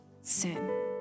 sin